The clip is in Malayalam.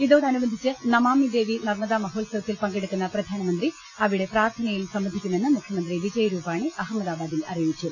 ഇതോടനുബന്ധിച്ച് നമാമിദേവി നർമ്മദാ മഹോത്സവത്തിൽ പങ്കെടുക്കുന്ന പ്രധാനമന്ത്രി അവിടെ പ്രാർത്ഥ നയിലും സംബന്ധിക്കുമെന്ന് മുഖ്യമന്ത്രി വിജയ് രൂപാണി അഹ മ്മദാബാദിൽ അറിയിച്ചു